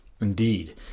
indeed